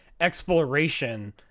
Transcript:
Exploration